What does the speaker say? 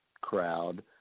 crowd